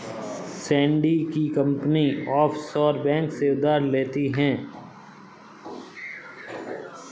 Sandy की company offshore bank से उधार लेती है